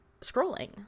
scrolling